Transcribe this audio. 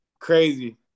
Crazy